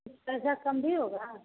कुछ पैसा कम भी होगा